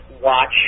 watch